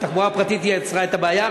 הרי התחבורה הפרטית יצרה את הבעיה.